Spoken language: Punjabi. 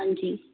ਹਾਂਜੀ